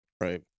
Right